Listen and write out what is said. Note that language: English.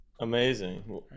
Amazing